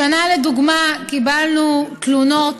השנה, לדוגמה, קיבלנו תלונות